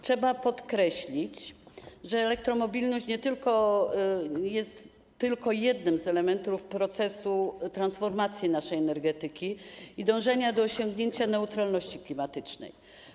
Trzeba podkreślić, że elektromobilność jest tylko jednym z elementów procesu transformacji naszej energetyki i dążenia do osiągnięcia neutralności klimatycznej.